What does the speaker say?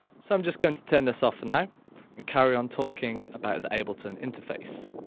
so i'm just going to turn this off for now and carry on talking about the ableton interface.